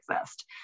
exist